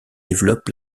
développent